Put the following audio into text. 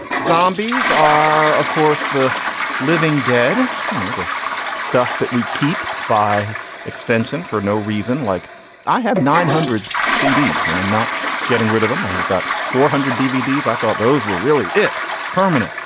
zombies are of course the living dead. you know the stuff that we keep. by extension for no reason like i have nine hundred seeds and i'm not getting rid of them. i have about four hundred dvd i thought those were really it permanent.